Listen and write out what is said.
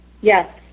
yes